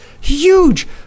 huge